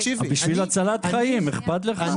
אבל בשביל הצלת חיים אכפת לך?